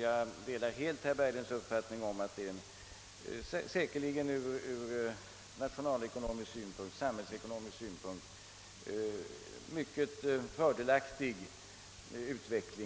Jag delar helt herr Berglunds uppfattning, att det ur samhällsekonomisk synpunkt säkerligen vore fördelaktigt